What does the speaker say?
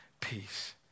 peace